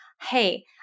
Hey